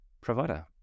provider